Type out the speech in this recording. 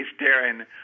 Darren –